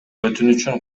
өтүнүчүн